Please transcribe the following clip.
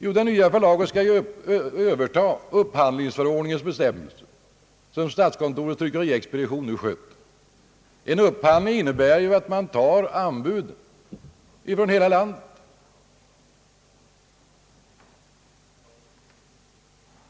Jo, det nya förlaget skall överta den verksamhet enligt upphandlingsförordningens bestämmelser som statskontorets tryckeriexpedition nu sköter. En upphandling innebär ju att man tar emot anbud från hela landet.